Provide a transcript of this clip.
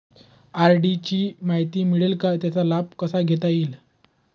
RD ची माहिती मिळेल का, त्याचा लाभ कसा घेता येईल?